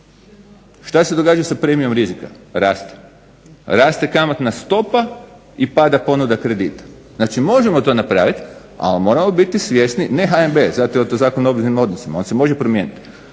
Što se događa sa primjenom rizika? Raste, raste kamatna stopa i pada ponuda kredita. Znači možemo to napraviti ali moramo biti svjesni ne HNB jer je to Zakon o obveznim odnosima, ali se može promijeniti,